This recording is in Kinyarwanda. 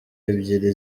ebyiri